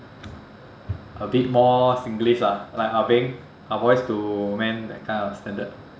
a bit more singlish lah like ah beng ah boys to men that kind of standard